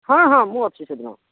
ହଁ ହଁ ମୁଁ ଅଛି ସେଦିନ